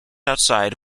outside